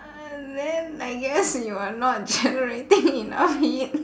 uh then I guess you are not generating enough heat